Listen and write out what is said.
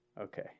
Okay